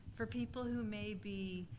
for people who may be,